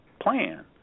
plan